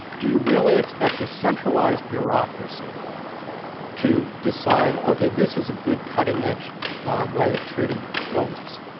do you really expect a centralized bureaucracy to decide, okay. this is a good, cutting-edge way of treating illness.